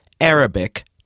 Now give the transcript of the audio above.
Arabic